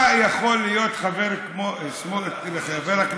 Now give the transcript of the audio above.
מה יכול להיות חבר הכנסת סמוטריץ,